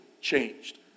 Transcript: changed